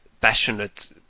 passionate